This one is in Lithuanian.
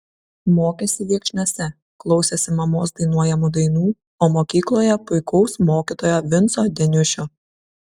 mokėsi viekšniuose klausėsi mamos dainuojamų dainų o mokykloje puikaus mokytojo vinco deniušio